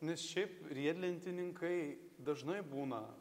nes šiaip riedlentininkai dažnai būna